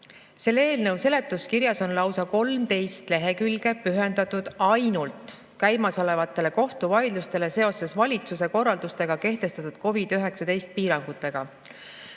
Selle eelnõu seletuskirjas on lausa 13 lehekülge pühendatud ainult käimasolevatele kohtuvaidlustele seoses valitsuse korralduste alusel kehtestatud COVID-19 piirangutega.